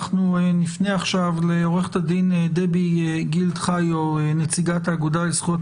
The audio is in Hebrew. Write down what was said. עורכת הדין דבי גילד-חיו מהאגודה לזכויות